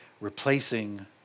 replacing